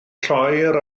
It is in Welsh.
lloer